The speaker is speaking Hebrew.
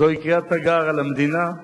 זוהי קריאת תיגר על המדינה,